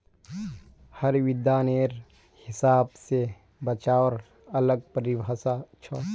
हर विद्वानेर हिसाब स बचाउर अलग परिभाषा छोक